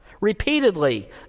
Repeatedly